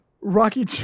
Rocky